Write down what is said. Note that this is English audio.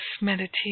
meditation